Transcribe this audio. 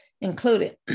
included